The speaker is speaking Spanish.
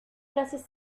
frases